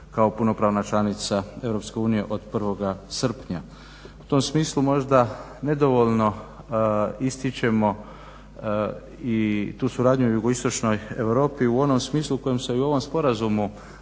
kao punopravna članica EU od 1. srpnja. U tom smislu možda nedovoljno ističemo i tu suradnju u jugoistočnoj Europi u onom smislu u kojem se i u ovom sporazumu